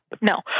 No